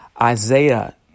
Isaiah